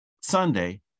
Sunday